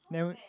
then